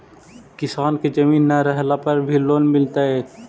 किसान के जमीन न रहला पर भी लोन मिलतइ?